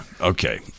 Okay